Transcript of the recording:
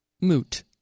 moot